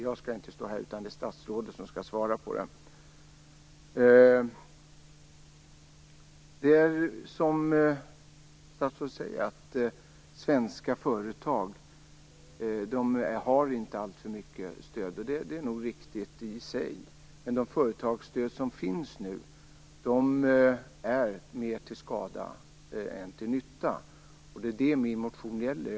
Jag skall inte stå här och redogöra för det, utan statsrådet skall svara på mina frågor. Statsrådet säger att svenska företag inte har alltför mycket stöd. Det är riktigt i sig, men de företagsstöd som finns nu är mer till skada än till nytta. Det är det min interpellation gäller.